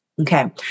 Okay